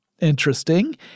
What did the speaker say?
interesting